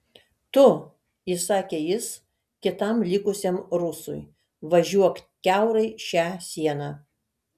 tu įsakė jis kitam likusiam rusui važiuok kiaurai šią sieną